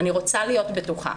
אני רוצה להיות בטוחה.